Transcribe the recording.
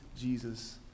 Jesus